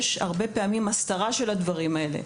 יכולה להגיד שיש הרבה פעמים הסתרה של הדברים האלה.